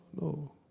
no